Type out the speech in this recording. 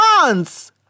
months